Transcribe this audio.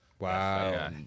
wow